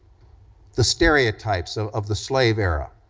the stereotypes so of the slave era,